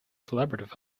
collaborative